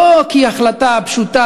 לא כהחלטה פשוטה,